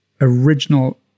original